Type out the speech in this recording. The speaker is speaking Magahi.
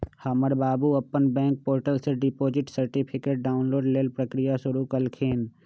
हमर बाबू अप्पन बैंक पोर्टल से डिपॉजिट सर्टिफिकेट डाउनलोड लेल प्रक्रिया शुरु कलखिन्ह